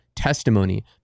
testimony